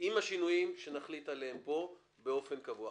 עם השינויים שנחליט עליהם פה באופן קבוע.